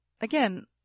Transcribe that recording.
again